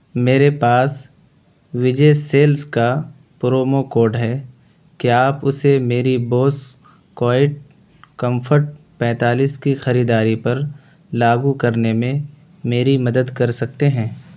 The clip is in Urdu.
میرے پاس وجے سیلز کا پرومو کوڈ ہے کیا آپ اسے میری بوس کوائیٹ کمفرٹ پینتالیس کی خریداری پر لاگو کرنے میں میری مدد کر سکتے ہیں